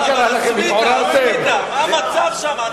מה המצב שם?